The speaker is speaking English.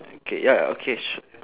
okay ya okay sh~